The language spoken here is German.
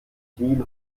knien